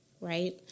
right